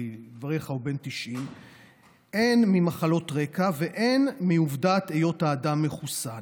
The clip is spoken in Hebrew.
כי לדבריך הוא בן 90 הן ממחלות רקע והן מעובדת היות האדם מחוסן.